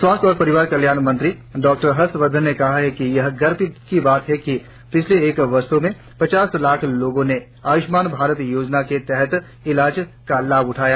स्वास्थ्य और परिवार कल्याण मंत्री डॉक्टर हर्षबर्धन ने कहा है कि यह गर्व की बात है कि पिछले एक वर्ष में पचास लाख लोगों ने आयुष्मान भारत योजना के तहत इलाज का लाभ उठाया